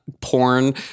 porn